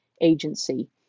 agency